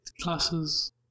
classes